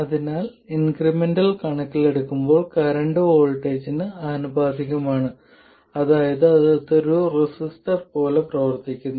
അതിനാൽ ഇൻക്രിമെന്റുകൾ കണക്കിലെടുക്കുമ്പോൾ കറന്റ് വോൾട്ടേജിന് ആനുപാതികമാണ് അതായത് അത് ഒരു റെസിസ്റ്റർ പോലെ പ്രവർത്തിക്കുന്നു